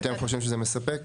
ואתם חושבים שזה מספק?